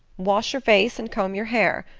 wash your face and comb your hair.